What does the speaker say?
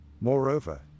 Moreover